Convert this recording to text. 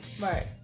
Right